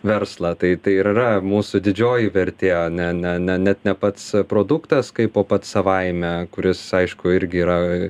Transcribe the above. verslą tai tai ir yra mūsų didžioji vertė ne ne ne net ne pats produktas kaipo pats savaime kuris aišku irgi yra